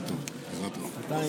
חבר הכנסת ביסמוט, בבקשה.